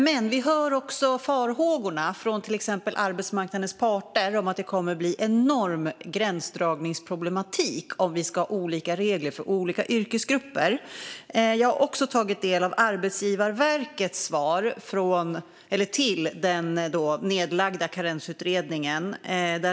Men vi hör farhågorna från till exempel arbetsmarknadens parter om en enorm gränsdragningsproblematik om vi ska ha olika regler för olika yrkesgrupper. Jag har också tagit del av Arbetsgivarverkets svar till den nedlagda Karensutredningen.